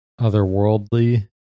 otherworldly